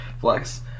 Flex